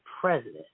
president